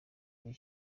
gihe